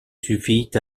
suffit